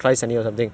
orh